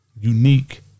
unique